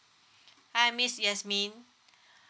hi miss yasmine